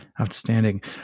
Outstanding